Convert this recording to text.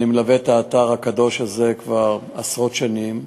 אני מלווה את האתר הקדוש הזה כבר עשרות שנים,